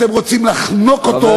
אתם רוצים לחנוק אותו,